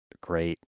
great